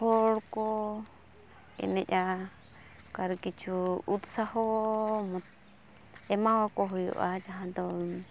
ᱦᱚᱲ ᱠᱚ ᱮᱱᱮᱡᱼᱟ ᱚᱠᱟᱨᱮ ᱠᱤᱪᱷᱩ ᱩᱛᱥᱟᱦᱚ ᱮᱢᱟᱣ ᱠᱚ ᱦᱩᱭᱩᱜᱼᱟ ᱡᱟᱦᱟᱸ ᱫᱚ